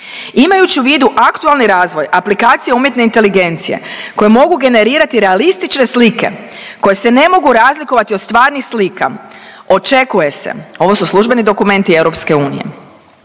Imajući u vidu aktualni razvoj aplikacija umjetne inteligencije koje mogu generirati realistične slike koje se ne mogu razlikovati od stvarnih slika očekuje se, ovo su službeni dokumenti EU, da će